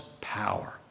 power